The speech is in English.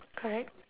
correct